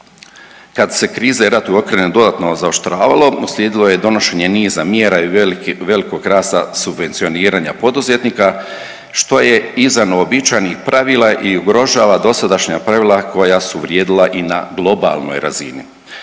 Kad se kriza i rat u Ukrajini dodatno zaoštravalo, uslijedilo je donošenje niza mjera i velikog rasta subvencioniranja poduzetnika, što je izvan uobičajenih pravila i ugrožava dosadašnja pravila koja su vrijedila i na globalnoj razini.